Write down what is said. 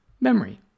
memory